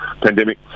pandemic